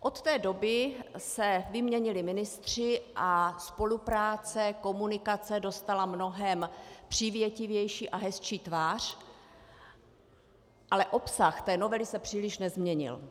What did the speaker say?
Od té doby se vyměnili ministři a spolupráce, komunikace dostala mnohem přívětivější a hezčí tvář, ale obsah novely se příliš nezměnil.